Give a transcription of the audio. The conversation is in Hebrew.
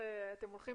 שאתם הולכים